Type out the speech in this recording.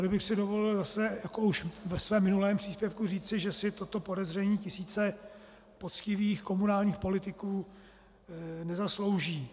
A tady bych si dovolil, jako už ve svém minulém příspěvku, říci, že si toto podezření tisíce poctivých komunálních politiků nezaslouží.